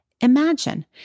Imagine